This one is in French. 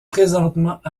présentement